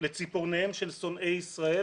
לציפורניהם של שונאי ישראל